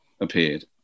appeared